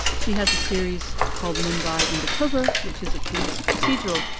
she has a series called mumbai undercover, which is a police procedural,